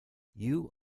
you